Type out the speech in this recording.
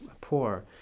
poor